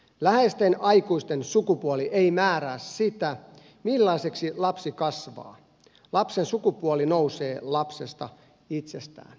läheisten aikuisten sukupuoli ei määrää sitä millaiseksi lapsi kasvaa lapsen sukupuoli nousee lapsesta itsestään